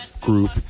group